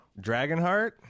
Dragonheart